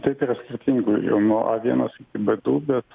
taip yra skirtingų jau nuo a vienas iki b du bet